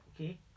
okay